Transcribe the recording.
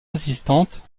résistantes